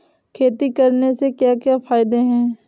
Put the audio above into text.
खेती करने से क्या क्या फायदे हैं?